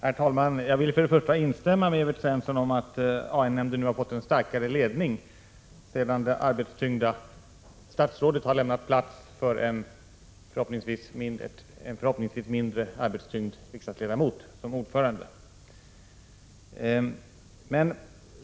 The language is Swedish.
Herr talman! Jag vill först och främst instämma i vad Evert Svensson sade, att AN-rådet nu har fått en starkare ledning sedan det arbetstyngda statsrådet har lämnat plats för en förhoppningsvis mindre arbetstyngd f.d. riksdagsledamot som ordförande.